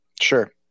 Sure